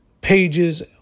pages